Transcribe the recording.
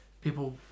People